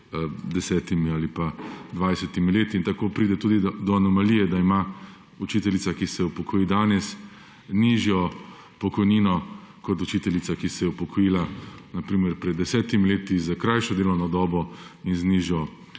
desetimi ali pa dvajsetimi leti. In tako pride tudi do anomalije, da ima učiteljica, ki se upokoji danes, nižjo pokojnino kot učiteljica, ki se je upokojila na primer pred desetimi leti s krajšo delovno dobo in z nižjo